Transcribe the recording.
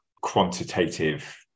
quantitative